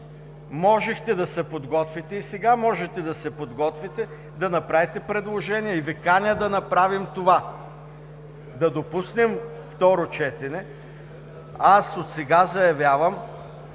можехте да се подготвите. И сега можете да се подготвите – да направите предложения. И Ви каня да направим това – да допуснем второ четене. Отсега заявявам,